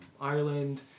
Ireland